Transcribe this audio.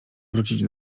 wrócić